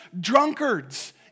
drunkards